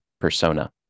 Persona